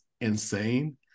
insane